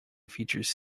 features